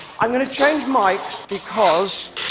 i'm going to change mic because,